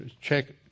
check